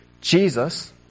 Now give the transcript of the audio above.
Jesus